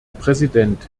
präsident